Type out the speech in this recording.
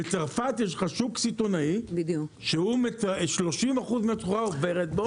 בצרפת יש לך שוק סיטונאי, 30% מהסחורה עוברת בו.